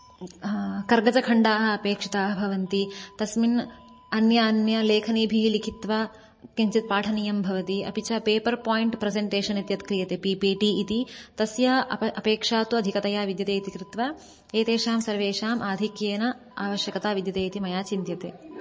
कर्गजखण्डाः अपेक्षिताः भवन्ति तस्मिन् अन्य अन्य लेखनीभिः लिखित्वा किञ्चित् पाठनीयं भवति अपि च पेपर् पोयिण्ट् प्रसण्टेषन् इति यत् क्रियते पि पि टि इति तस्य अप अपेक्षा तु अधिकतया विद्यते इति कृत्वा एतेषां सर्वेषाम् आधिक्येन आवश्यकता विद्यते इति मया चिन्त्यते